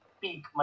peak